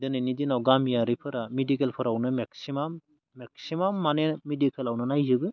दिनैनि दिनाव गामियारिफोरा मिडिकेलफोरावनो मेक्सिमाम मेक्सिमाम माने मिडिकेलावनो नायजोबो